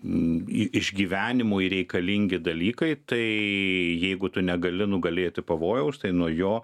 išgyvenimui reikalingi dalykai tai jeigu tu negali nugalėti pavojaus tai nuo jo